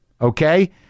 okay